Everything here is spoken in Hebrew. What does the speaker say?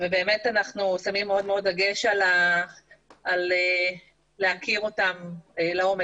אנחנו באמת שמים דגש על להכיר אותם לעומק,